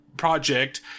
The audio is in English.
project